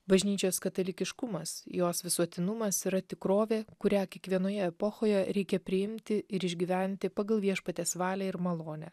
bažnyčios katalikiškumas jos visuotinumas yra tikrovė kurią kiekvienoje epochoje reikia priimti ir išgyventi pagal viešpaties valią ir malonę